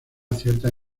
ciertas